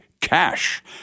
cash